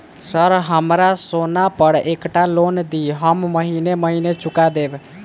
Sir हमरा सोना पर एकटा लोन दिऽ हम महीने महीने चुका देब?